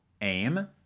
aim